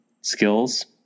skills